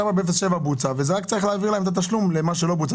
שם ב-0-7 בוצע ורק צריך להעביר להם את התשלום למה שלא בוצע.